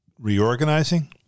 reorganizing